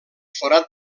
forat